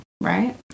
Right